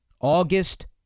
August